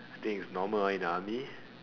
think is normal ah in the army